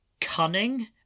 cunning